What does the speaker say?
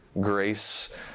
grace